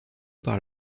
par